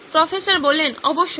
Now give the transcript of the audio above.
professor অবশ্যই